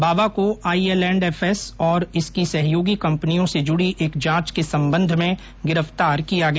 बावा को I L and F S और इसकी सहयोगी कंपनियों से जुड़ी एक जांच के संबंध में गिरफ्तार किया गया